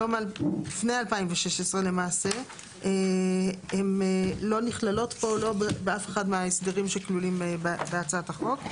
לפני 2016 למעשה הן לא נכללות פה באף אחד מההסברים שכלולים בהצעת החוק.